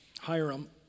Hiram